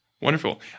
Wonderful